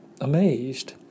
amazed